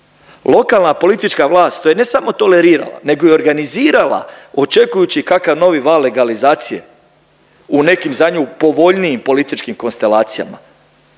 Lokalna politička vlast to je ne samo tolerirala nego i organizirala očekujući kakav novi val legalizacije u nekim za nju povoljnijim političkim konstalacijama